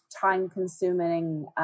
time-consuming